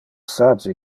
sage